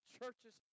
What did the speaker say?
churches